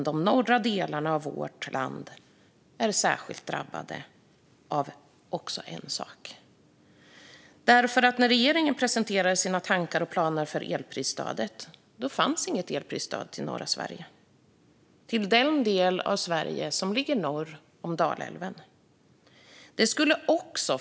De norra delarna av vårt land är dock särskilt drabbade, av en anledning: När regeringen presenterade sina tankar och planer för elprisstödet fanns inget elprisstöd till norra Sverige, det vill säga den del av Sverige som ligger norr om Dalälven.